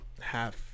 half